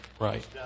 Right